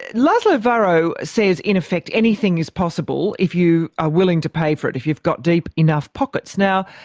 laszlo varro says in effect anything is possible if you are willing to pay for it, if you've got deep enough pockets. now,